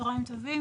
צהריים טובים.